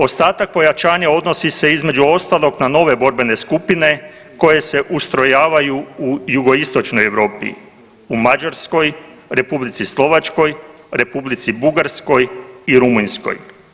Ostatak pojačanja odnosi se između ostalog na nove borbe skupine koje se ustrojavaju u jugoistočnoj Europi, u Mađarskoj, Republici Slovačkoj, Republici Bugarskoj i Rumunjskoj.